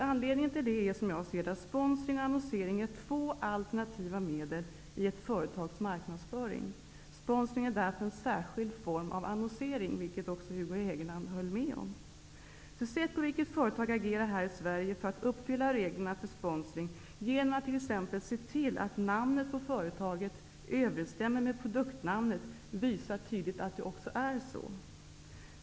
Anledningen till detta är enligt min mening att sponsring och annonsering är två alternativa medel i ett företags marknadsföring. Sponsring är därför en särskild form av annonsering, vilket också Hugo Hegeland höll med om. Det sätt på vilket företag agerar här i Sverige för att uppfylla reglerna för sponsring genom att t.ex. se till att namnet på företaget överensstämmer med produktnamnet visar tydligt att det också är så.